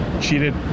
cheated